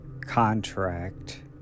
contract